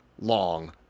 long